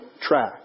track